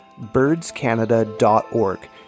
birdscanada.org